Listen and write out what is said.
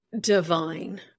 divine